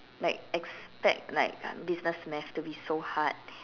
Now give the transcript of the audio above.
like expect like business math to be so hard